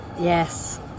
Yes